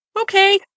okay